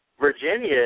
Virginia